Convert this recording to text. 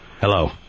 Hello